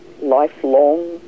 lifelong